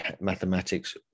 mathematics